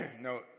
no